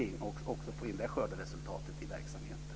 På det viset får man också in det skörderesultatet i verksamheten.